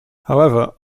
however